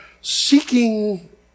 seeking